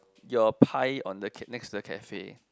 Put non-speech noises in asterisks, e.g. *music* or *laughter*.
your pie on the *noise* next to the cafe